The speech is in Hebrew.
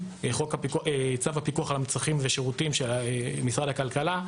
צו הפיקוח על מצרכים ושירותים של משרד הכלכלה,